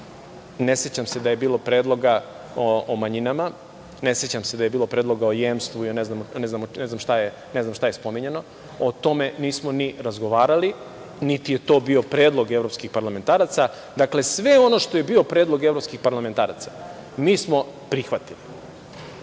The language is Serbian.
ne sećam se da je bilo predloga o manjinama. Ne sećam se da je bilo predloga o jemstvu i ne znam šta je spominjano.O tome nismo ni razgovarali, niti je to bio predlog evropskih parlamentaraca. Sve ono što je bio predlog evropskih parlamentaraca, mi smo prihvatili.